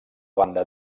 banda